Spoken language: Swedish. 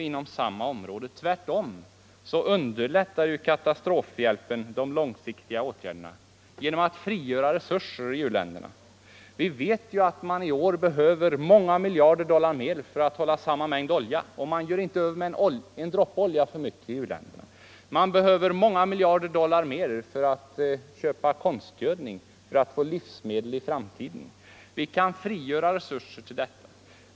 Inom detta område underlättar tvärtom katastrofhjälpen de långsiktiga åtgärderna genom att frigöra resurser i u-länderna. Vi vet ju att man i år behöver många miljarder dollar mer för att få samma mängd olja som tidigare. Man gör inte av med en droppe olja för mycket i u-länderna. Man behöver många miljarder dollar mer till att köpa konstgödning för att få livsmedel i framtiden. Vi kan frigöra resurser till detta.